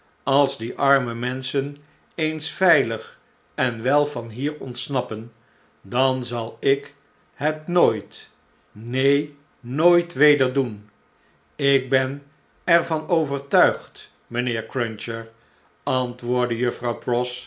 als die arme menschen eens veilig en wel van hier ontsnappen dan zal ik het nooit neen nooit weder doen b ik ben er van overtuigd mijnheer cruncher antwoordde juffrouw pross